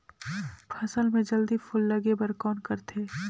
फसल मे जल्दी फूल लगे बर कौन करथे?